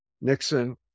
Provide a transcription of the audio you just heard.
Nixon